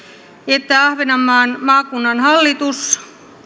että ahvenanmaan maakunnan hallitus